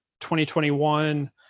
2021